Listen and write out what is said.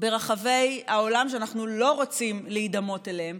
ברחבי העולם שאנחנו לא רוצים להידמות אליהן,